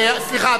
סליחה,